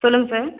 சொல்லுங்கள் சார்